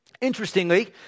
Interestingly